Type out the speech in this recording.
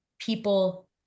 people